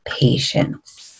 patience